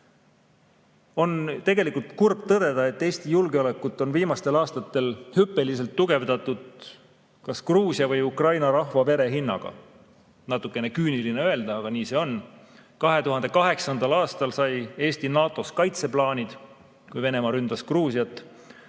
On tegelikult kurb tõdeda, et Eesti julgeolekut on viimastel aastatel hüppeliselt tugevdatud kas Gruusia või Ukraina rahva vere hinnaga. Natukene küüniline öelda, aga nii see on. 2008. aastal sai Eesti NATO-s kaitseplaanid, kui Venemaa ründas Gruusiat.